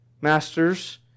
Masters